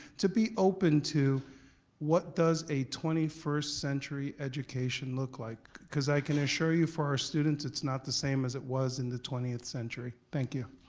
to be open to what does a twenty first century education look like? cause i can assure you, for our students, it's not the same as it was in the twentieth century, thank you.